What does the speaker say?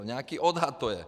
Nějaký odhad to je.